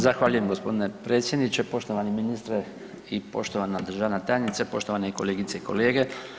Zahvaljujem g. predsjedniče, poštovani ministre i poštovana državna tajnice, poštovane kolegice i kolege.